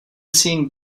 seeing